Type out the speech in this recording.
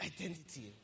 identity